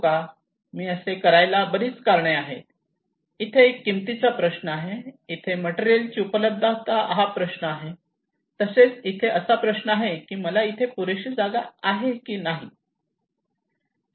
इथे मी असे करायला बरीच कारणे आहेत इथे किमतीचा प्रश्न आहे इथे मटेरियल ची उपलब्धता हा प्रश्न आहे तसेच इथे असा प्रश्न आहे की मला इथे पुरेशी जागा आहे की नाही